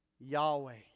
Yahweh